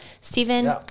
Stephen